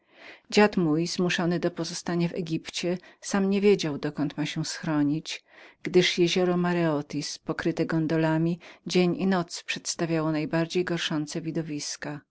dziad mój zmuszony do pozostania w egipcie sam niewiedział dokąd miał się schronić gdyż jezioro mereotis pokryte gondolami dzień i noc przedstawiało najbardziej gorszące widowiska